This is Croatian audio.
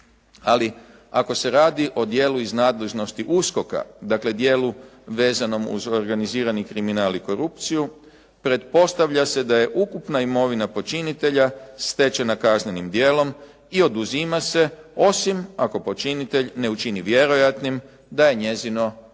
ali ako se radi o djelu iz nadležnosti USKOK-a, dakle dijelu vezanom uz organizirani kriminal i korupciju pretpostavlja se da je ukupna imovina počinitelja stečena kaznenim djelom i oduzima se osim ako počinitelj ne učini vjerojatnim da je njezino porijeklo